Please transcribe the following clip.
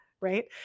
right